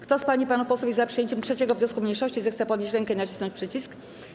Kto z pań i panów posłów jest za przyjęciem 3. wniosku mniejszości, zechce podnieść rękę i nacisnąć przycisk.